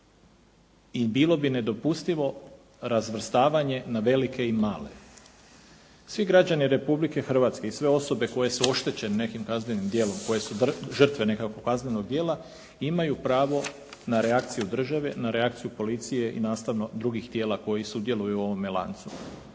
i bilo bi nedopustivo razvrstavanje na velike i male. Svi građani Republike Hrvatske i sve osobe koje su oštećene nekim kaznenim djelom, koje su žrtve nekakvog kaznenog djela imaju pravo na reakciju države, na reakciju policije i nastavno drugih tijela koji sudjeluju u ovome lancu,